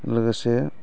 लोगोसे